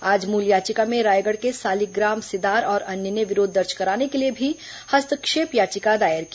आज मूल याचिका में रायगढ़ के सालिकग्राम सिदार और अन्य ने विरोध दर्ज कराने के लिए भी हस्तक्षेप याचिका दायर की